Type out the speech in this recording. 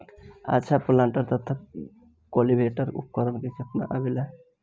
अच्छा प्लांटर तथा क्लटीवेटर उपकरण केतना में आवेला?